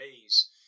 days